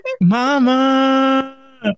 mama